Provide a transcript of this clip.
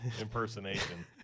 impersonation